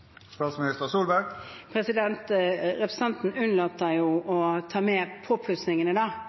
Representanten unnlater å ta med